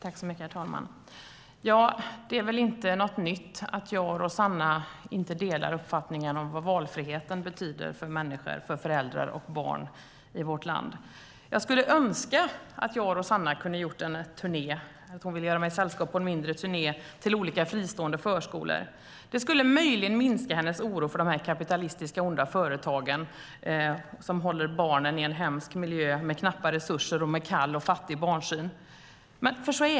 Herr talman! Det är inte något nytt att jag och Rossana inte delar uppfattning om vad valfriheten betyder för människor och för föräldrar och barn i vårt land. Jag skulle önska att Rossana ville göra mig sällskap på en mindre turné till olika fristående förskolor. Det skulle möjligen minska hennes oro för de kapitalistiska onda företagen, som håller barnen i en hemsk miljö med knappa resurser och med en kall syn på barnen.